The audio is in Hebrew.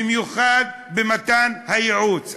במיוחד במתן הייעוץ.